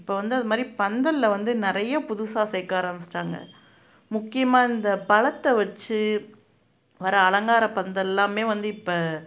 இப்போ வந்து அதுமாதிரி பந்தல்ல வந்து நிறையா புதுசாக சேர்க்க ஆரம்மிச்சிட்டாங்க முக்கியமாக இந்த பழத்த வச்சு வர அலங்கார பந்தல்லாமே வந்து இப்போ